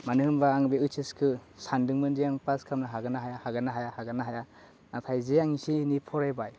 मानो होनबा आं बे ओइचएसखो सानदोंमोन जे आं पास खालामनो हागोनना हाया हागोनना हाया हागोनना हाया नाथाय जे आं एसे एनै फरायबाय